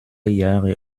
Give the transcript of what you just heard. jahre